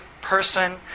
person